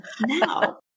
now